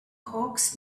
hawks